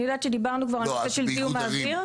אני יודעת שכבר דיברנו על הנושא של זיהום האוויר.